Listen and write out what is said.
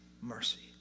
mercy